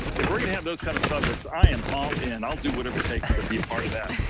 if we're going to have those kind of subjects, i'm all in, i'll do whatever it takes to be part of that.